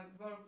work